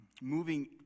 moving